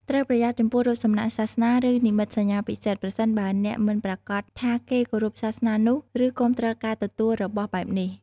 ត្រូវប្រយ័ត្នចំពោះរូបសំណាកសាសនា ឬនិមិត្តសញ្ញាពិសិដ្ឋ ប្រសិនបើអ្នកមិនប្រាកដថាគេគោរពសាសនានោះ ឬគាំទ្រការទទួលរបស់បែបនេះ។